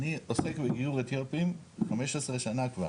אני עוסק בגיור אתיופים 15 שנה כבר.